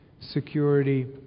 security